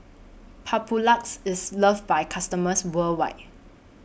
Papulex IS loved By its customers worldwide